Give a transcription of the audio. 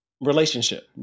relationship